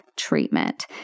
treatment